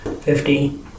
fifty